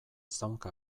zaunka